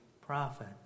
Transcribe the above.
prophet